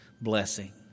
blessing